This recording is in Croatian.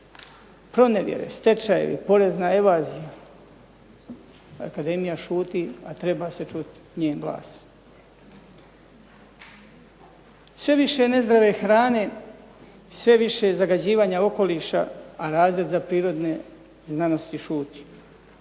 pronevjere, stečajevi, porezne evazija. Akademija šuti, a treba se čuti njen glas. Sve više nezdrave hrane, sve više zagađivanja okoliša. A razred za prirodne znanosti šuti.